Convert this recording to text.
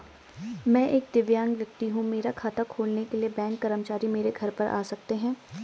मैं एक दिव्यांग व्यक्ति हूँ मेरा खाता खोलने के लिए बैंक कर्मचारी मेरे घर पर आ सकते हैं?